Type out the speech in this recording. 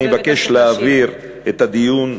אני אבקש להעביר את הדיון,